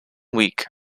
week